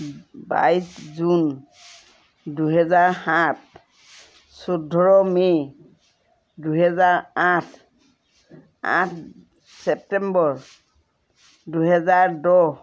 বাইছ জুন দুহেজাৰ সাত চৈধ্য মে দুহেজাৰ আঠ আঠ ছেপ্তেম্বৰ দুহেজাৰ দহ